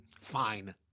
fine